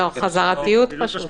זאת חזרתיות.